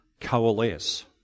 coalesce